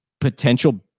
potential